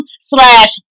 slash